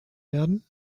werden